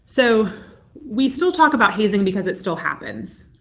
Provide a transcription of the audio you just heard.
so we still talk about hazing because it still happens.